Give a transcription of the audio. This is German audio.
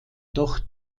doch